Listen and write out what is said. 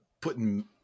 putting